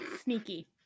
sneaky